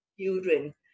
children